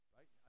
Right